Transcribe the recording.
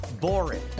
boring